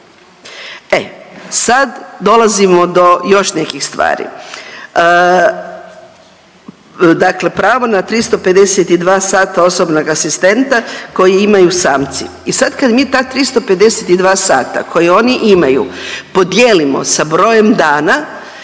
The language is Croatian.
E sad dolazimo do još nekih stvari. Dakle, pravno na 352 sata osobnog asistenta koji imaju samci i sad kad mi ta 352 sata koja oni imaju podijelimo sa brojem dana